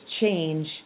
change